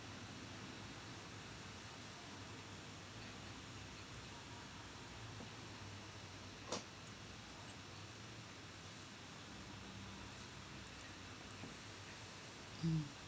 mm